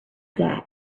that